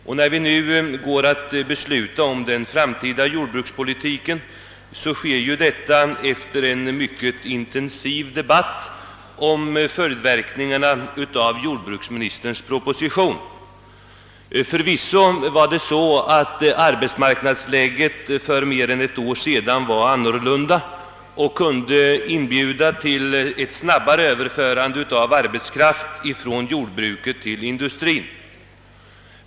Efter en mycket intensiv debatt om följdverkningarna av jordbruksministerns proposition går vi alltså snart att besluta om den framtida jordbrukspolitiken. Förvisso var arbetsmarknadsläget för mer än ett år sedan annorlunda och kunde inbjuda till ett snabbare överförande av arbetskraft från jordbruket till industrin.